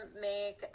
make